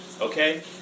okay